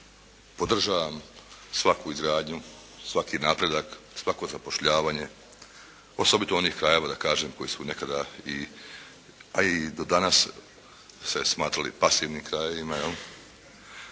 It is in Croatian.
podržavam svaku izgradnju, svaki napredak, svako zapošljavanje osobito onih krajeva da kažem koji su nekada i, pa i do danas se smatrali pasivnim krajevima